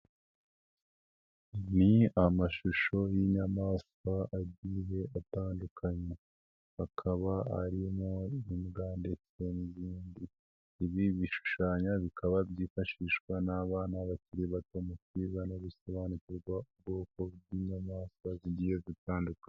Ni amashusho y'inyamaswa agiye atandukanye, akaba arimo imbwa ndetse n'ibindi. Ibi bishushanyo bikaba byifashishwa n'abana bakiri bato mu kwiga no gusobanukirwa ubwoko bw'inyamaswa zigiye gutandukanye.